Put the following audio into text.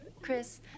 chris